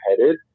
headed